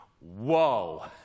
whoa